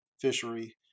fishery